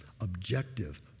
objective